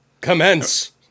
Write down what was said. commence